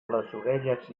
orelles